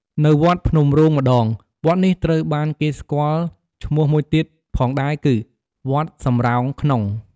នៅវត្តភ្នំរូងម្តង វត្តនេះត្រូវបានគេស្គាល់ឈ្មោះមួយទៀតផងដែរគឺ វត្តសំរោងក្នុង។